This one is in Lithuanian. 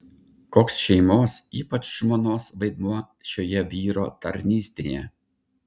koks šeimos ypač žmonos vaidmuo šioje vyro tarnystėje